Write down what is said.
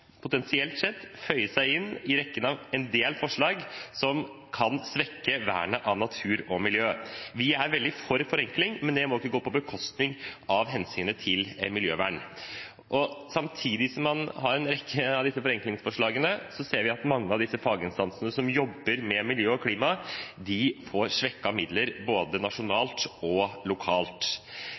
potensielt sett, føye seg inn i rekken av en del forslag som kan svekke vernet av natur og miljø. Vi er veldig for forenkling, men det må ikke gå på bekostning av hensynet til miljøvern. Samtidig som man legger fram disse forenklingsforslagene, ser vi at mange av faginstansene som jobber med miljø og klima, får mindre midler, både nasjonalt og lokalt.